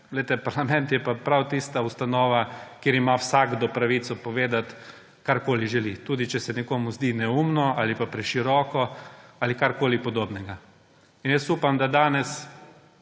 Parlament je pa prav tista ustanova, kjer ima vsakdo pravico povedati, karkoli želi, tudi če se nekomu zdi neumno ali preširoko ali karkoli podobnega. Upam, da danes